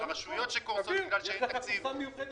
גם הרשויות קורסות בגלל שאין תקציב.